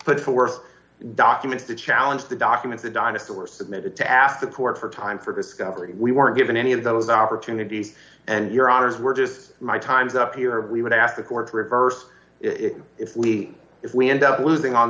put forth documents to challenge the documents the dinosaur submitted to ask the court for time for discovery we weren't given any of those opportunities and your odds were just my time's up here we would ask the court to reverse it if we if we end up losing on